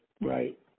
right